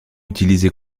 utilisé